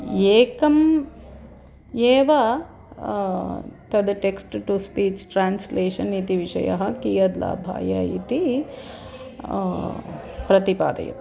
एकम् एव तद् टेक्स्ट् टु स्पीच् ट्रान्स्लेशन् इति विषयः कियद् लाभाय इति प्रतिपादयत्